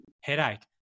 headache